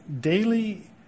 daily